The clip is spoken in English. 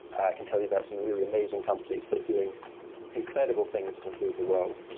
i can tell you about some really amazing companies that are doing incredible things to improve the world.